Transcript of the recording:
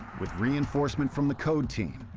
with reinforcement from the code team,